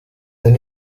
than